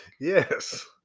Yes